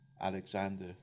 Alexander